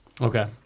Okay